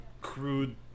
crude